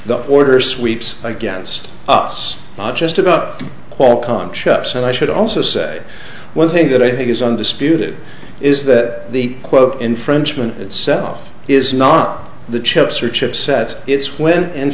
the order sweeps against us just about qualcomm chops and i should also say one thing that i think is undisputed is that the quote infringement itself is not the chips or chip sets it's when in